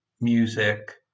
music